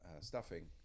stuffing